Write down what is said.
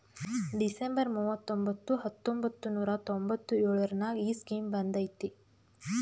December ಮೂವತೊಂಬತ್ತು ಹತ್ತೊಂಬತ್ತು ನೂರಾ ತೊಂಬತ್ತು ಎಳುರ್ನಾಗ ಈ ಸ್ಕೀಮ್ ಬಂದ್ ಐಯ್ತ